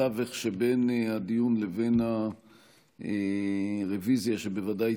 בתווך שבין הדיון לבין הרוויזיה שבוודאי